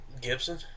Gibson